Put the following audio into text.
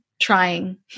trying